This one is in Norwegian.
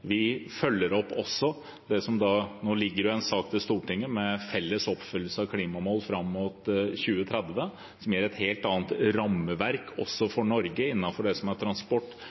Nå ligger det en sak i Stortinget om felles oppfyllelse av klimamål fram mot 2030, som gir et helt annet rammeverk også for Norge